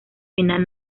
final